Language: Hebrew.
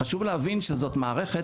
חשוב להבין שזו מערכת,